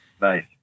nice